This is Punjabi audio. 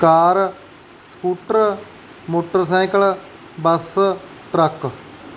car scooter motorcycle bus truck